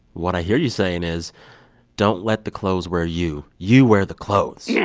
what i hear you saying is don't let the clothes wear you. you wear the clothes yeah